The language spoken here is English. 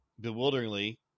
bewilderingly